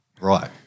right